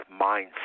mindset